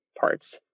parts